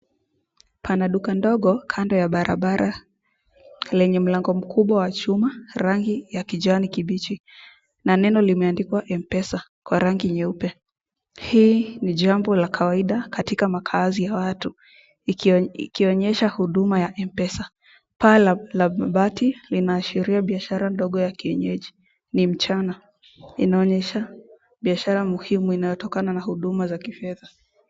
Pana duka ndogo kando ya barabara, lenye mlango mkubwa wa chuma rangi ya kijani kibichi na neno limeandikwa ''mpesa'' kwa rangi nyeupe, hii ni jambo la kawaida katika makazi ya watu, likionyesha huduma ya mpesa. Paa la mabati linaashiria biashara ndogo ya kienyeji, ni mchana inaonyesha biashara muhumi inayotokana na huduma za pesa.